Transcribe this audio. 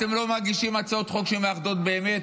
אתם לא מגישים הצעות חוק שמאחדות באמת,